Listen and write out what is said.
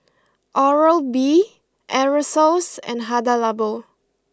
Oral B Aerosoles and Hada Labo